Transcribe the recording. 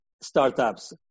startups